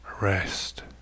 rest